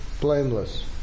blameless